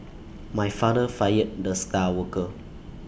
my father fired the star worker